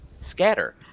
scatter